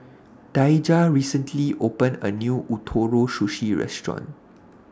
Daija recently opened A New Ootoro Sushi Restaurant